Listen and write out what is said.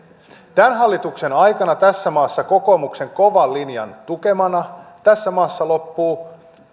tämän hallituksen aikana kokoomuksen kovan linjan tukemana tässä maassa loppuu